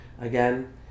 again